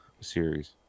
series